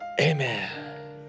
Amen